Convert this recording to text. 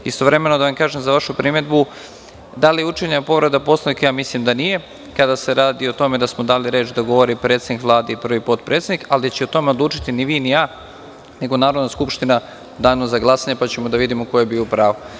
Istovremeno da vam kažem za vašu primedbu da li je učinjena povreda Poslovnika – mislim da nije, kada se radi o tome da smo dali reč da govori predsednik Vlade i prvi potpredsednik, ali o tome nećemo odlučiti ni vi ni ja, nego Narodna skupština u danu za glasanje, pa ćemo da vidimo ko je bio u pravu.